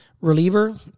reliever